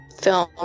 film